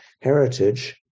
heritage